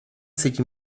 seigi